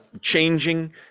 changing